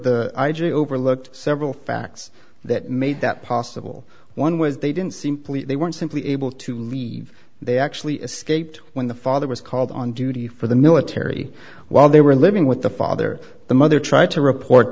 g overlooked several facts that made that possible one was they didn't simply they weren't simply able to leave they actually escaped when the father was called on duty for the military while they were living with the father the mother tried to report